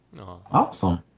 Awesome